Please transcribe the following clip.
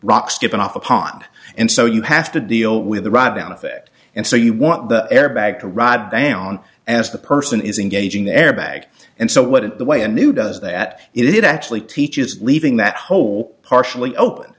given off upon and so you have to deal with the ride down effect and so you want the airbag to ride down as the person is engaging the airbag and so what it the way a new does that it it actually teaches leaving that whole partially open